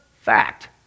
fact